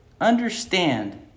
understand